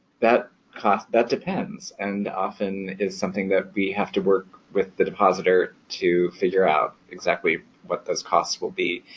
that cost. that depends and often is something that we have to work with the depositor to figure out exactly what those costs will be.